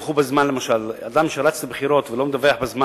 למשל אדם שרץ לבחירות ולא מדווח בזמן,